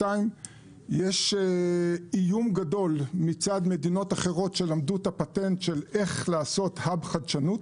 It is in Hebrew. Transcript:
יש איום גדול מצד מדינות אחרות שלמדו את הפטנט של איך לעשות hub-חדשנות.